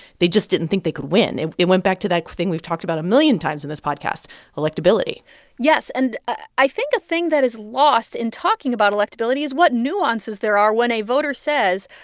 they just didn't think they could win. it it went back to that thing we've talked about a million times in this podcast electability yes. and i think a thing that is lost in talking about electability is what nuances there are when a voter says,